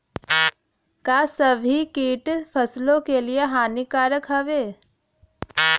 का सभी कीट फसलों के लिए हानिकारक हवें?